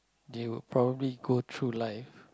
they would probably go through life